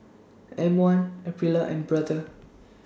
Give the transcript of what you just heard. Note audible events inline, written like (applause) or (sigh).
(noise) M one Aprilia and Brother (noise)